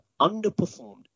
underperformed